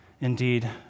Indeed